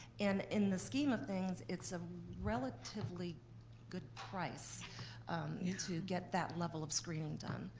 and, in the scheme of things, it's a relatively good price to get that level of screening done.